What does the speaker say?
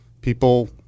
people